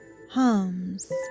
hums